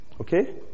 Okay